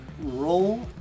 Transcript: Roll